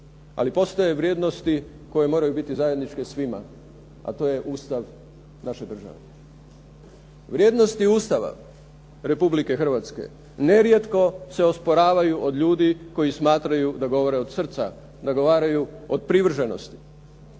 Ali postoje vrijednosti koje moraju biti zajedničke svima. A to je Ustav naše države. Vrijednosti Ustava Republike Hrvatske nerijetko se osporavaju od ljudi koji smatraju da govore od srca, …/Govornik